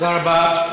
תודה רבה.